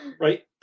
right